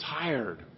tired